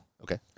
Okay